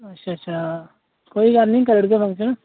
अच्छ अच्छा कोई गल्ल नीं करी ओड़गे फंक्शन